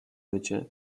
mycie